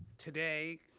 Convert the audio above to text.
today,